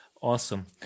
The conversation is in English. awesome